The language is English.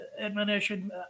admonition